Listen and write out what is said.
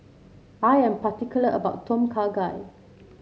I am particular about Tom Kha Gai